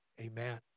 Amen